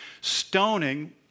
Stoning